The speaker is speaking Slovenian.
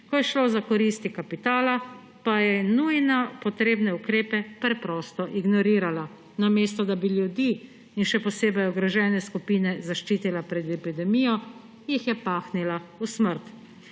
Ko je šlo za koristi kapitala, pa je nujno potrebne ukrepe preprosto ignorirala. Namesto da bi ljudi, še posebej ogrožene skupine, zaščitila pred epidemijo, jih je pahnila v smrt.